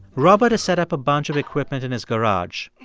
robert has set up a bunch of equipment in his garage.